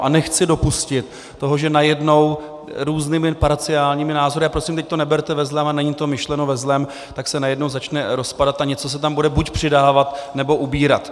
A nechci dopustit to, že najednou různými parciálními názory, a prosím, teď to neberte ve zlém a není to myšleno ve zlém, tak se najednou začne rozpadat a něco se tam bude buď přidávat, nebo ubírat.